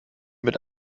mit